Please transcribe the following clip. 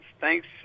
Thanks